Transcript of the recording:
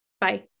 Bye